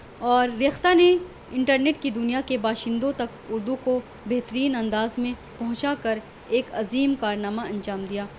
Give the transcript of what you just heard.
اور ریختہ نے انٹرنیٹ کی دنیا کے باشندوں تک اردو کو بہترین انداز میں پہنچا کر ایک عظیم کارنامہ انجام دیا